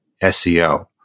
SEO